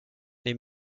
les